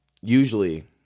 usually